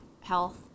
health